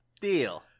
Deal